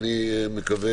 ואני מקווה